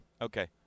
Okay